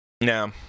No